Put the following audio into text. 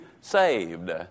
saved